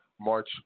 March